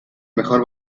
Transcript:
mejor